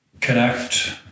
connect